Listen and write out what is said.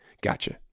gotcha